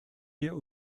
wir